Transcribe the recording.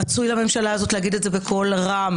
רצוי לממשלה הזאת לומר את זה בקול רם